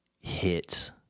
hit